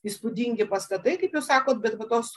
įspūdingi pastatai kaip jūs sakot bet va tos